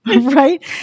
right